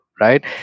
right